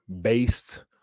based